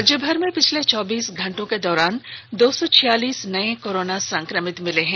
राज्यभर में पिछले चौबीस घंटे के दौरान दो सौ छियालीस नए कोरोना संक्रमित मिले हैं